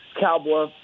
cowboy